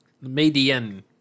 Median